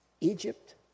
Egypt